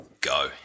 go